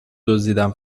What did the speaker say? دزدیدن